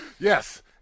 Yes